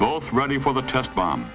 both running for the test bomb